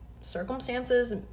circumstances